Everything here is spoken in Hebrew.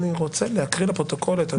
אני רוצה להקריא לפרוטוקול את הנוסח.